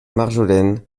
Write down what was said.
marjolaine